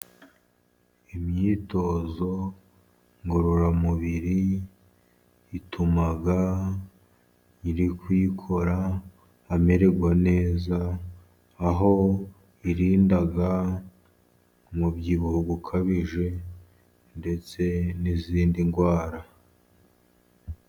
Imyitozo ngororamubiri ituma uri kuyikora amererwa neza, aho irinda umubyibuho ukabije ndetse n'izindi ndwara.